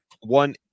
one